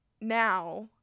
now